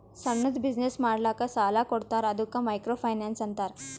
ಸಣ್ಣುದ್ ಬಿಸಿನ್ನೆಸ್ ಮಾಡ್ಲಕ್ ಸಾಲಾ ಕೊಡ್ತಾರ ಅದ್ದುಕ ಮೈಕ್ರೋ ಫೈನಾನ್ಸ್ ಅಂತಾರ